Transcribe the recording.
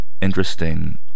interesting